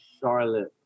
Charlotte